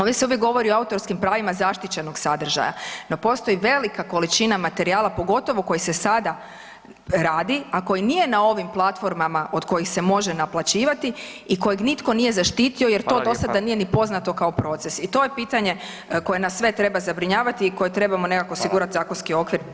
Ovdje se govori o autorskim pravima zaštićenog sadržaja, no postoji velika količina materijala pa pogotovo koji se sada radi, a koji nije na ovim platformama od kojih se može naplaćivati i kojeg nitko nije zaštitio jer to do sada nije ni poznato kao proces [[Upadica Radin: Hvala.]] I to je pitanje koje nas sve treba zabrinjavati i koje trebamo nekako osigurati zakonski okvir.